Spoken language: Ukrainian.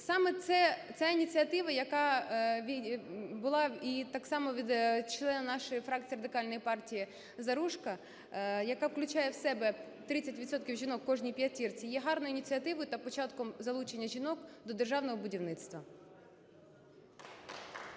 Саме ця ініціатива, яка була і так само від члена нашої фракції Радикальної партії Заружко, яка включає в себе 30 процентів жінок в кожній п'ятірці, є гарною ініціативою та початком залучення жінок до державного будівництва.